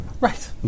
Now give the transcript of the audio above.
Right